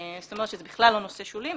זאת אומרת, זה בכלל לא נושא שולי.